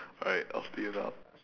alright off to you now